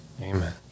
Amen